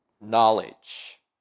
knowledge